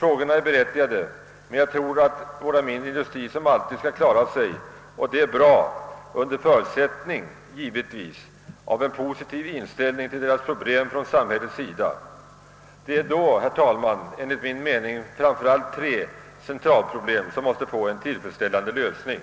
Sådana frågor är berättigade, men jag tror att våra mindre industrier, som de alltid gjort, skall klara sig — och det bra — under förutsättning givetvis att samhället har en positiv inställning till deras problem. Det är då, herr talman, framför allt tre centralproblem som måste få en tillfredsställande lösning.